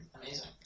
amazing